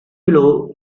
below